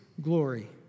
glory